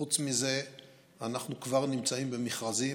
חוץ מזה אנחנו כבר נמצאים במכרזים,